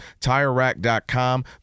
TireRack.com